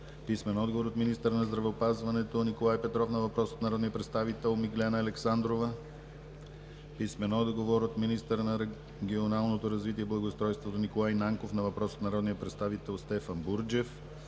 Дора Янкова; - министъра на здравеопазването Николай Петров на въпрос от народния представител Миглена Александрова; - министъра на регионалното развитие и благоустройство Николай Нанков на въпрос от народния представител Стефан Бурджев;